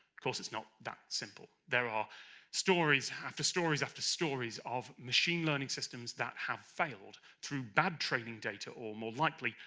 of course, it's not that simple, there are stories after stories after stories of machine learning systems that have failed through bad training data or more likely,